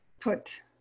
put